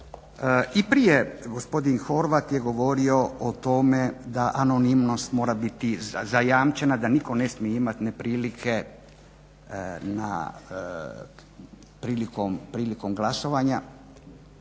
I prije gospodin Horvat je govorio o tome da anonimnost mora biti zajamčena, da nitko ne smije imati neprilike prilikom glasovanja,